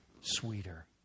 sweeter